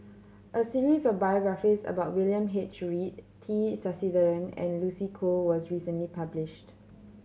a series of biographies about William H Read T Sasitharan and Lucy Koh was recently published